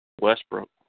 Westbrook